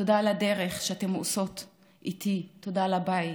תודה על הדרך שאתן עושות איתי, תודה על הבית,